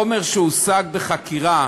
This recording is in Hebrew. חומר שהושג בחקירה